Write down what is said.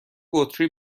بطری